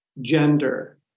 gender